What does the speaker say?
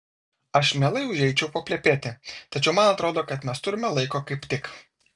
aš mielai užeičiau paplepėti tačiau man atrodo kad mes turime laiko kaip tik